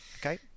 okay